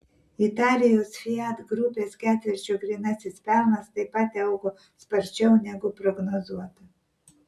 italijos fiat grupės ketvirčio grynasis pelnas taip pat augo sparčiau negu prognozuota